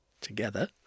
together